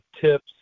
tips